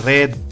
Red